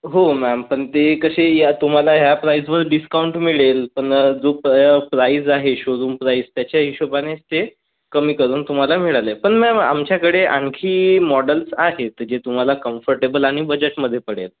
हो मॅम पण ते कसे या तुम्हाला ह्या प्राईझवर डिस्काउंट मिळेल पण जो प्राईझ आहे शोरूम शोरूम प्राईझ त्याचा हिशोबाने ते कमी करून तुम्हाला मिळाले पण मॅम आमच्याकडे आणखीन मोडल्स आहेत जे तुम्हाला कंफर्टेबल आणि बजेटमध्ये पडेल